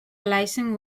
licence